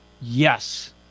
Yes